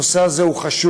הנושא הזה חשוב,